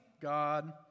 God